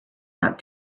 out